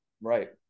Right